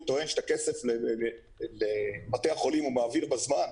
טוען שאת הכסף לבתי החולים הוא מעביר בזמן.